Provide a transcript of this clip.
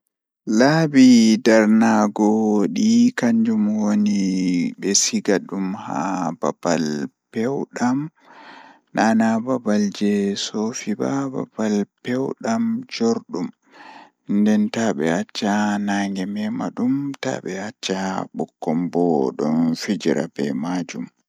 Ekitaago ɗemle ɗuɗɗum belɗum nden welnde masin Ko sabu ngal, warti ɓe heɓata moƴƴi e laawol e soodun nder ɗam, hokkataa e fowru e tawti laawol, jeyaaɓe e waɗtude caɗeele. Ko tawa warti ɓe heɓata moƴƴi e maɓɓe e laawol ngal tawa kuutorde kafooje ɓe, yaafa ɓe njogi saɗde e heɓuɓe. Warti wondi kaɓɓe njahi loowaaji ngam jooɗuɓe ɗe waawataa e waɗtuɗe ko wi'a e waɗtude.